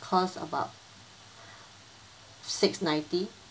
cost about six ninety